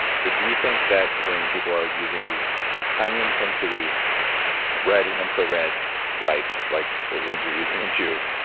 so do you think that when people are using these high-intensity red and infrared lights, like the ones you're using in joovv,